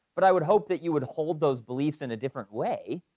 but i would hope that you would hold those beliefs in a different way